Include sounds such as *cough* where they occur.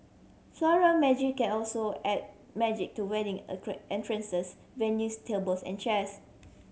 Floral Magic can also add magic to wedding *unintelligible* entrances venues tables and chairs